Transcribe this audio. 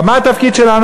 מה התפקיד שלנו?